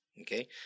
Okay